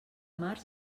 març